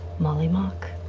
mollymauk.